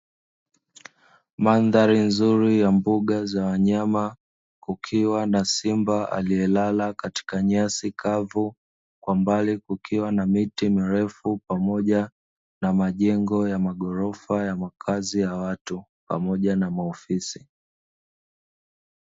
Mandhari nzuri ya mbuga za wanyama kukiwa na simba aliyelala katika nyasi kavu, kwa mbali kukiwa na miti mirefu pamoja na majengo ya maghorofa ya makazi ya watu pamoja na maofisi.